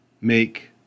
make